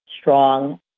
strong